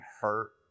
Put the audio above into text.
hurt